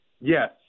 yes